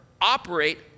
operate